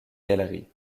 galeries